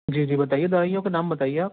جی جی بتائیے دوائیوں کا نام بتائیے آپ